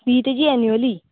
fee तेजी annually